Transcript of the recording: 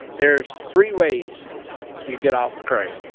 there's three ways you get off of crank,